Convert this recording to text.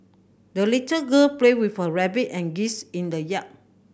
the little girl played with her rabbit and geese in the yard